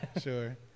Sure